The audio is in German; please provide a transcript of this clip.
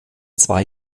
zwei